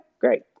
great